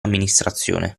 amministrazione